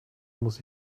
muss